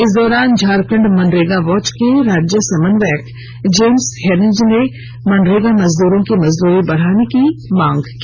इस दौरान झारखंड मनरेगा वॉच के राज्य समन्वयक जेम्स हेरेंज ने मनरेगा मजदूरों की मजदूरी बढ़ाने की मांग की